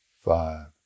five